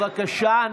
נגד בבקשה,